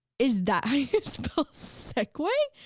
is that how you spell segue?